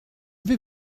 vais